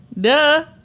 Duh